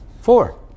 four